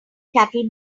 cattle